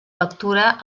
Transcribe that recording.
lectura